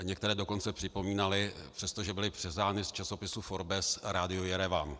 Některá dokonce připomínala, přestože byla převzata z časopisu Forbes, rádio Jerevan.